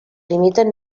limiten